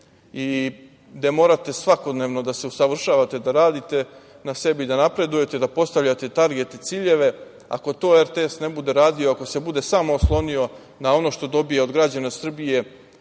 i gde morate svakodnevno da se usavršavate, da radite na sebi, da napredujete, da postavljate targete i ciljeve. Ako to RTS ne bude radio, ako se bude samo oslonio na ono što dobija od građana Srbije